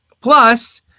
Plus